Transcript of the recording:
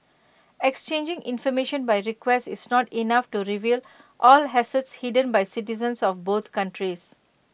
exchanging information by request is not enough to reveal all assets hidden by citizens of both countries